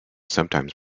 sometimes